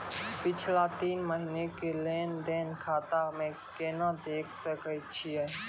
पिछला तीन महिना के लेंन देंन खाता मे केना देखे सकय छियै?